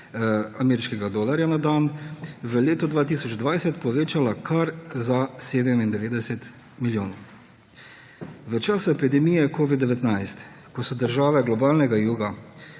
ameriškega dolarja na dan, v letu 2020 povečala kar za 97 milijonov. V času epidemije covid-19, ko so države globalnega juga